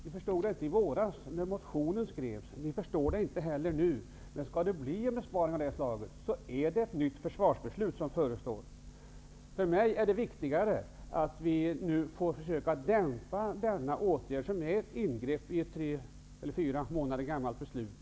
Ni insåg inte vidden i våras, då motionen avgavs, och ni inser den inte heller nu. Men om besparingen skall vara i den storleksordningen, förestår det ett nytt försvarsbeslut. För mig är det viktigare att nu försöka dämpa effekterna av denna åtgärd, som är ett ingrepp i ett fyra månader gammalt beslut.